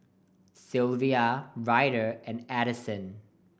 Silvia Ryder and Adyson